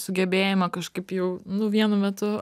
sugebėjimą kažkaip jau nu vienu metu